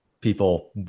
people